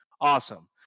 Awesome